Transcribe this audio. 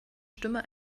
stimme